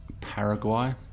Paraguay